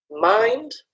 Mind